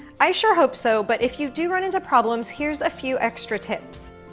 i sure hope so, but if you do run into problems, here's a few extra tips.